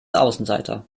außenseiter